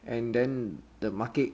and then the market